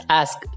ask